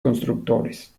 constructores